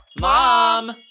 Mom